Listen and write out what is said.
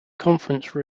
conference